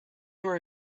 were